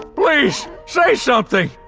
please say something!